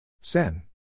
Sen